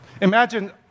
Imagine